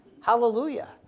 Hallelujah